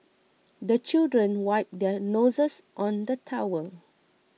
the children wipe their noses on the towel